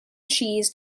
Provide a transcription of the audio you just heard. cheese